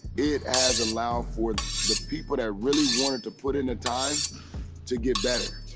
it has allowed for the people that really wanted to put in the time to get better.